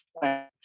plan